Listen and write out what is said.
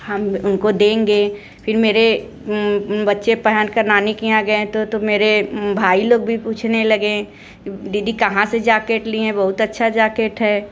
हम उनको देंगे फिर मेरे बच्चे पहनकर नानी के यहाँ गएँ तो तो मेरे भाई लोग भी पूछने लगे दीदी कहाँ से जाकेट लिए बहुत अच्छा जाकेट है